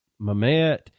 Mamet